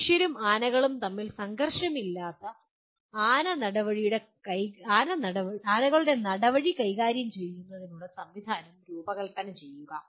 മനുഷ്യരും ആനകളും തമ്മിൽ സംഘർഷമില്ലാതെ ആനകളുടെ നടവഴി കൈകാര്യം ചെയ്യുന്നതിനുള്ള സംവിധാനം രൂപകൽപ്പന ചെയ്യുക